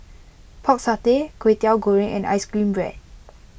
Pork Satay Kway Teow Goreng and Ice Cream Bread